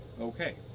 Okay